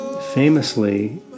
famously